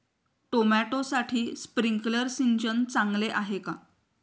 टोमॅटोसाठी स्प्रिंकलर सिंचन चांगले आहे का?